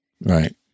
Right